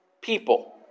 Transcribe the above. people